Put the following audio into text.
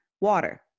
Water